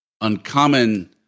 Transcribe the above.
uncommon